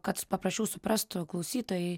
kad paprasčiau suprastų klausytojai